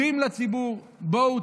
אומרים לציבור: בואו,